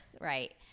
Right